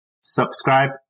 subscribe